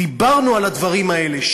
דיברנו על הדברים האלה.